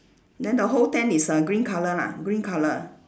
then the whole tent is uh green colour lah green colour